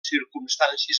circumstàncies